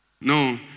No